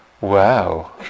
wow